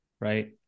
right